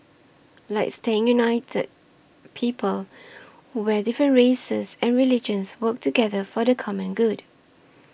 like staying united people where different races and religions work together for the common good